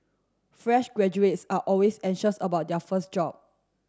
fresh graduates are always anxious about their first job